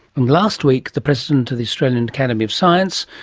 and last week the president of the australian academy of science,